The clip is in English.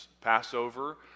Passover